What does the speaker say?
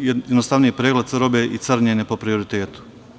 jednostavniji pregled robe i carinjenje po prioritetu.